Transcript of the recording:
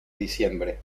diciembre